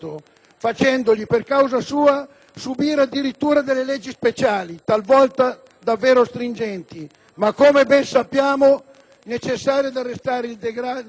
facendogli, per causa sua, subire addirittura leggi speciali, talvolta davvero stringenti, ma, come ben sappiamo, necessarie ad arrestare il degrado